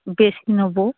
বেশি নেব